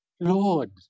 lord